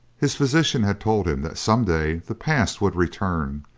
his physician had told him that some day the past would return,